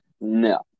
No